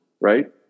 right